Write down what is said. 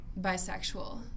bisexual